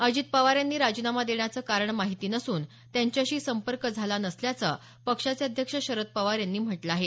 अजित पवार यांनी राजीनामा देण्याचं कारण माहिती नसून त्यांच्याशी संपर्क झाला नसल्याचं पक्षाचे अध्यक्ष शरद पवार यांनी म्हटलं आहे